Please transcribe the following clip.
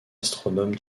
astronome